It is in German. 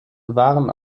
waren